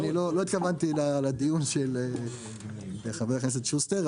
לא התכוונתי לדיון של חבר הכנסת שוסטר,